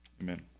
Amen